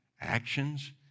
Actions